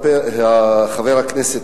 חבר הכנסת